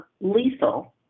lethal